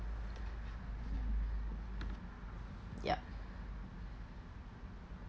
yup